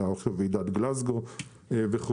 הייתה עכשיו ועידת גלאזגו וכו',